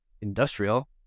industrial